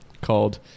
called